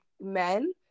men